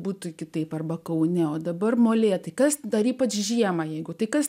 būtų kitaip arba kaune o dabar molėtai kas dar ypač žiemą jeigu tai kas